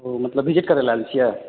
मतलब भिजिट करय लेल आयल छियै